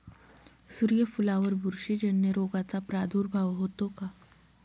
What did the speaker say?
सूर्यफुलावर बुरशीजन्य रोगाचा प्रादुर्भाव होतो का?